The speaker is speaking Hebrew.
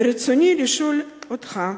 ברצוני לשאול אותך: